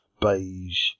beige